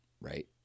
right